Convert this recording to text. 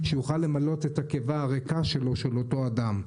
שהוא יוכל למלא את הקיבה הריקה שלו של אותו אדם.